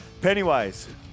Pennywise